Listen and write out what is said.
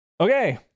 okay